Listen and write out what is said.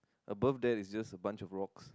above there is just a bunch of rocks